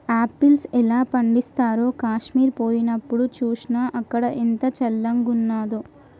apples ఎలా పండిస్తారో కాశ్మీర్ పోయినప్డు చూస్నా, అక్కడ ఎంత చల్లంగున్నాదో